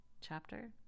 chapter